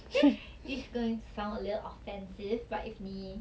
this is going to sound offensive but if 你